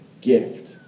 gift